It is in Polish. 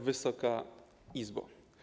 Wysoka Izbo!